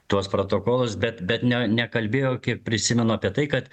tuos protokolus bet bet ne nekalbėjo kiek prisimenu apie tai kad